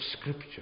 Scripture